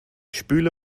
spüle